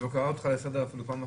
הוא לא קרא אותך לסדר אפילו פעם אחת.